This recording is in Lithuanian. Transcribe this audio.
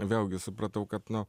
vėlgi supratau kad nu